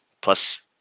plus